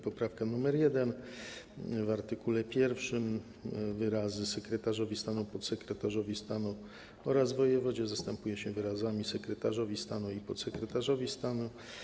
Poprawka nr 1: w art. 1 wyrazy „Sekretarzowi stanu, podsekretarzowi stanu oraz wojewodzie” zastępuje się wyrazami „Sekretarzowi stanu i podsekretarzowi stanu”